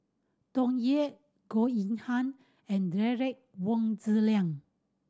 Tsung Yeh Goh Yihan and Derek Wong Zi Liang